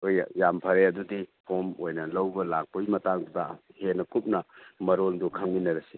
ꯍꯣꯏ ꯌꯥꯝ ꯐꯔꯦ ꯑꯗꯨꯗꯤ ꯐꯣꯝ ꯑꯣꯏꯅ ꯂꯧꯕ ꯂꯥꯛꯄꯒꯤ ꯃꯇꯥꯡꯗꯨꯗ ꯍꯦꯟꯅ ꯀꯨꯞꯅ ꯃꯔꯣꯜꯗꯨ ꯈꯪꯃꯤꯟꯅꯔꯁꯤ